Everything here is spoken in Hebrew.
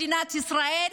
מדינת ישראל,